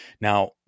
Now